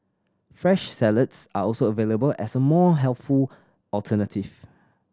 fresh salads are also available as a more healthful alternative